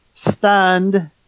Stunned